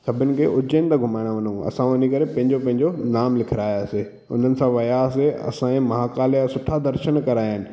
सभिनि खे उज्जैन था घुमाइण हलूं असां वञी करे पंहिंजो पंहिंजो नाम लिखारायासीं उन्हनि सां वियासीं असांजा महाकाल जा सुठा दर्शन कराइणु